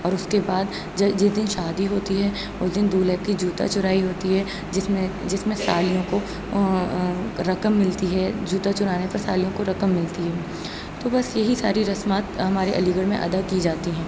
اور اس کے بعد جس دن شادی ہوتی ہے اس دن دولہے کی جوتا چرائی ہوتی ہے جس میں جس میں سالیوں کو رقم ملتی ہے جوتا چرانے پہ سالیوں کو رقم ملتی ہے تو بس یہی ساری رسومات ہمارے علی گڑھ ادا کی جاتی ہیں